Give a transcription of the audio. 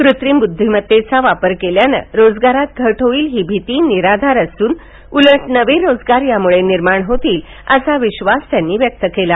कृत्रिम ब्ध्दीमतेचा वापर केल्याने रोजगारात घट होईल ही भीती निराधार असून उलट नवे रोजगार या मुळे निर्माण होतील असा विश्वास फडणवीस यांनी व्यक्त केला आहे